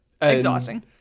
exhausting